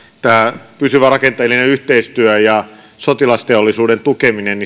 pysyvä rakenteellinen yhteistyö ja sotilasteollisuuden tukeminen